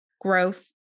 growth